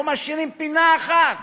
לא משאירים פינה אחת